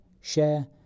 share